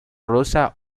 rosa